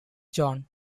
john